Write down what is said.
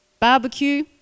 barbecue